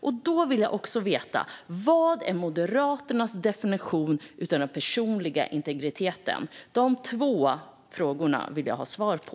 Jag vill också höra Moderaternas definition av den personliga integriteten. De två frågorna vill jag ha svar på.